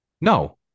no